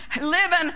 living